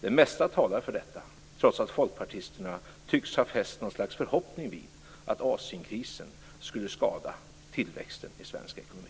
Det mesta talar för detta, trots att folkpartisterna tycks ha fäst något slags förhoppning till att Asienkrisen skulle skada tillväxten i svensk ekonomi.